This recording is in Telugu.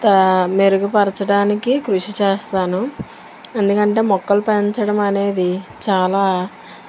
తా మెరుగుపరచడానికి కృషిచేస్తాను ఎందుకంటే మొక్కలు పెంచడం అనేది చాలా